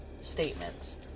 statements